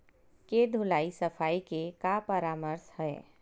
के धुलाई सफाई के का परामर्श हे?